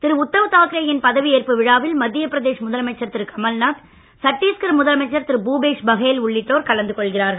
திரு உத்தவ் தாக்கரேயின் பதவி ஏற்பு விழாவில் மத்திய பிரதேஷ் முதலமைச்சர் திரு கமல்நாத் சட்டீஸ்கர் முதலமைச்சர் திரு பூபேஷ் பகேல் உள்ளிட்டோர் கலந்து கொள்கிறார்கள்